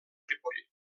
ripoll